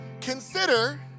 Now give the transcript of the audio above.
consider